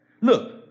Look